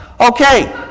Okay